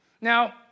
Now